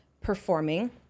performing